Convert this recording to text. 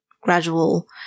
gradual